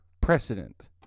precedent